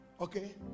Okay